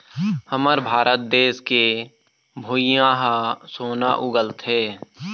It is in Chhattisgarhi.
हमर भारत देस के भुंइयाँ ह सोना उगलथे